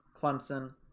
Clemson